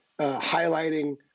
highlighting